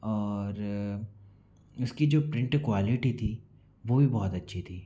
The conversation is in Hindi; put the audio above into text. और इसकी जो प्रिंट क्वालिटी थी वह भी बहुत अच्छी थी